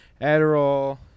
Adderall